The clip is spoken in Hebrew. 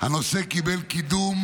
הנושא קיבל קידום,